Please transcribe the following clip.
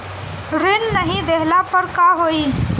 ऋण नही दहला पर का होइ?